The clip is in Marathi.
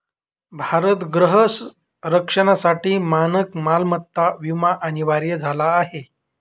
भारत गृह रक्षणासाठी मानक मालमत्ता विमा अनिवार्य झाला आहे